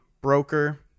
broker